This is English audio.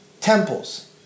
temples